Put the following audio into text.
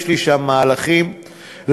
יש לי שם מהלכים להצעה,